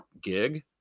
gig